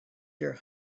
your